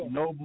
no